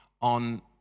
on